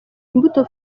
imbuto